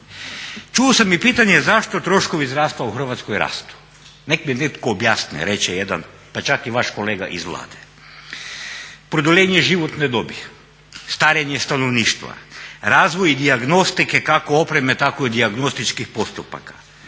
Čuo sam i pitanje zašto troškovi zdravstva u Hrvatskoj rastu. Nek' mi netko objasni, reče jedan pa čak i vaš kolega iz Vlade. Produljenje životne dobi, starenje stanovništva, razvoj dijagnostike kako opreme, tako dijagnostičkih postupaka,